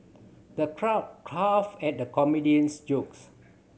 the crowd guffawed at the comedian's jokes